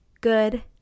good